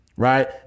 Right